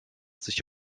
sich